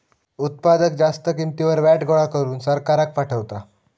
उत्पादक जास्त किंमतीवर व्हॅट गोळा करून सरकाराक पाठवता